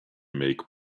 make